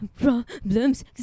problems